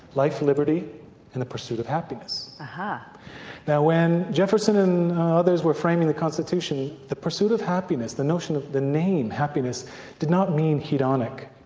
life, liberty and the pursuit of happiness. and now when jefferson and others were framing the constitution the pursuit of happiness, the notion of the name happiness did not mean hedonic,